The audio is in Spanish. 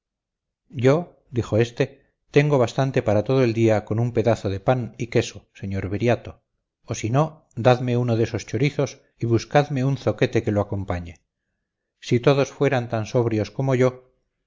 yo dijo este tengo bastante para todo el día con un pedazo de pan y queso señor viriato o si no dadme uno de esos chorizos y buscadme un zoquete que lo acompañe si todos fueran tan sobrios como yo